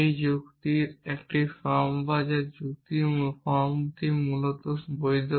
এটি যুক্তির একটি ফর্ম যা যুক্তির এই ফর্মটি মূলত বৈধ